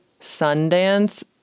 Sundance